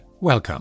welcome